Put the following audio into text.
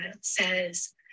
says